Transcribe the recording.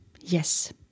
Yes